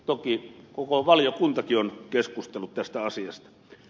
toki koko valiokuntakin on keskustellut tästä asiasta